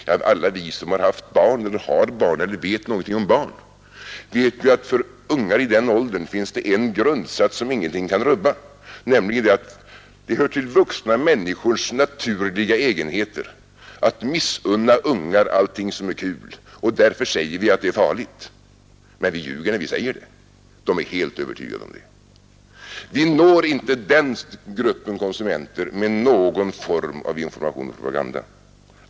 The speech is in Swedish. Ja, alla de som har haft barn, som har barn eller som vet någonting om barn vet också att för ungar i den åldern finns det en grundsats som ingenting kan rubba, nämligen att det hör till vuxna människors naturliga egenheter att missunna ungar allt som är kul och därför säger vi att det är farligt; men vi ljuger när vi säger det. De är helt övertygade om det. Vi når inte den gruppen konsumenter med någon form av information eller propaganda.